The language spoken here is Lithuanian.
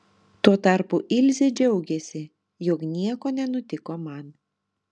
tuo tarpu ilzė džiaugėsi jog nieko nenutiko man